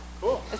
Cool